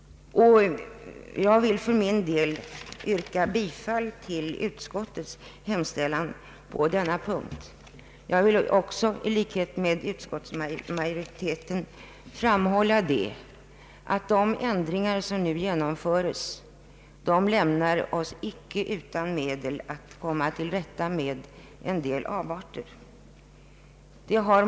Jag vill för min del yrka bifall till utskottets hemställan i denna punkt. Jag vill i likhet med utskottsmajorileten framhålla, att de ändringar som nu genomförts icke lämnar oss utan medel att komma till rätta med en del avarter.